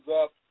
up